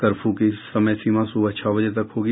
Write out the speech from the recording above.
curfew की समय सीमा सुबह छह बजे तक होगी